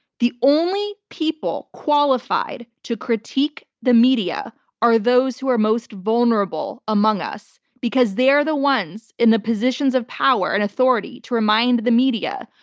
the only people qualified to critique the media are those who are most vulnerable among us because they're the ones in the positions of power and authority to remind the media,